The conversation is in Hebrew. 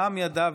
העם ידע,